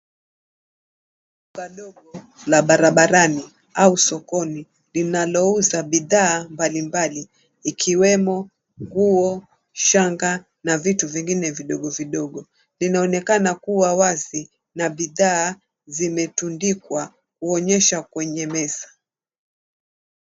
Duka dogo la barabarani au sokoni linalouza bidhaa mbalimbali ikiwemo nguo, shanga na vitu vingine vidogo vidogo. Linaonekana kuwa wazi na bidhaa zimetundikwa kuonyesha kwenye meza.